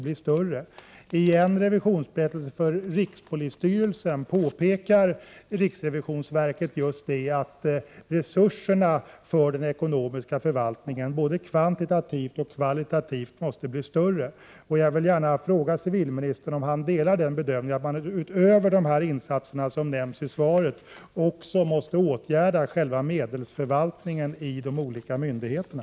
I en revisionsberättelse för rikspolisstyrelsen påpekar RRV just att resurserna för den ekonomiska förvaltningen måste förstärkas både kvantitativt och kvalitativt. Jag vill gärna fråga civilministern om han delar den bedömningen att vi utöver de insatser som nämns i svaret också måste åtgärda själva medelsförvaltningen i de olika myndigheterna.